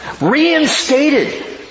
Reinstated